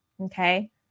okay